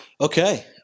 Okay